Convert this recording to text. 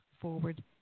forward